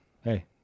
Hey